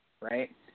right